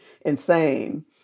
insane